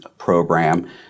program